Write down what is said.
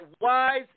wise